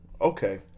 okay